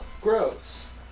gross